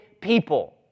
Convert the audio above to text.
people